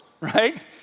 Right